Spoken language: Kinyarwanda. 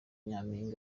nyampinga